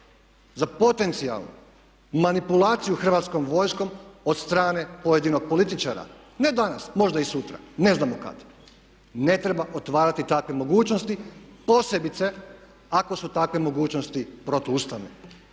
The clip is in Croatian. za potencijalnu manipulaciju Hrvatskom vojskom od strane pojedinog političara ne danas, možda i sutra. Ne znamo kad. Ne treba otvarati takve mogućnosti posebice ako su takve mogućnosti protu ustavne.